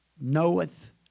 knoweth